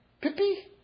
Pippi